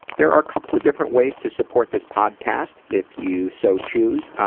there are couple of different ways to support this podcast if you so choose.